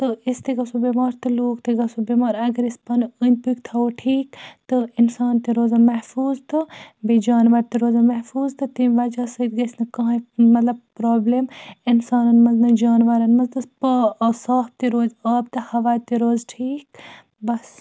تہٕ أسۍ تہِ گَژھو بٮ۪مار تہٕ لوٗکھ تہِ گَژھو بٮ۪مار اگر أسۍ پَنُن أنٛدۍ پٔکۍ تھاوو ٹھیٖک تہٕ اِنسان تہِ روزَن محفوٗظ تہٕ بیٚیہِ جانوَر تہِ روزَن محفوٗظ تہٕ تَمہِ وَجہ سۭتۍ گَژھِ نہٕ کٕہۭنۍ مطلب پرٛابلِم اِنسانَن منٛز نہ جانوَرَن منٛز تہٕ پا آ صاف تہِ روزِ آب تہٕ ہوا تہِ روزِ ٹھیٖک بَس